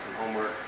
homework